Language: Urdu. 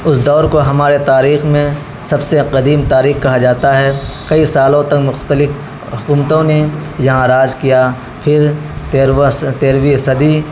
اس دور کو ہمارے تاریخ میں سب سے قدیم تاریخ کہا جاتا ہے کئی سالوں تک مختلف حکومتوں نے یہاں راج کیا پھر تیروا تیروی صدی